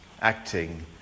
acting